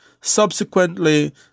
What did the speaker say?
subsequently